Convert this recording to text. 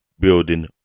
Building